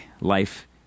life